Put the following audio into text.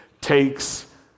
takes